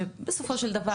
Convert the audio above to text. שבסופו של דבר,